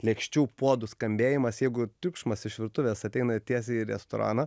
lėkščių puodų skambėjimas jeigu triukšmas iš virtuvės ateina tiesiai į restoraną